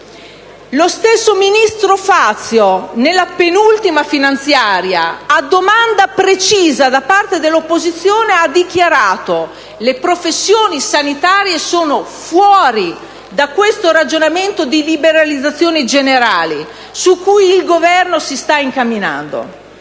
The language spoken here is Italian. Lo stesso ministro Fazio, nella penultima finanziaria, a domanda precisa da parte dell'opposizione, ha dichiarato: le professioni sanitarie sono fuori dal ragionamento di liberalizzazioni generali su cui il Governo si sta incamminando;